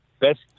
best